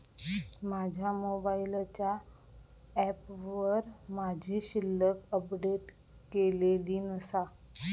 माझ्या मोबाईलच्या ऍपवर माझी शिल्लक अपडेट केलेली नसा